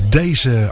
deze